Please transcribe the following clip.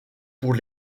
pour